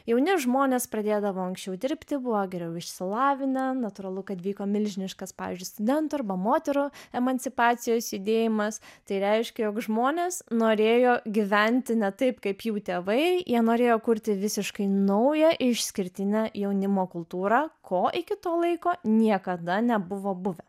jauni žmonės pradėdavo anksčiau dirbti buvo geriau išsilavinę natūralu kad vyko milžiniškas pavyzdžiui studentų arba moterų emancipacijos judėjimas tai reiškia jog žmonės norėjo gyventi ne taip kaip jų tėvai jie norėjo kurti visiškai naują išskirtinę jaunimo kultūrą ko iki to laiko niekada nebuvo buvę